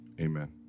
Amen